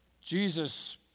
Jesus